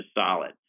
solid